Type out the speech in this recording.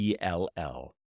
ELL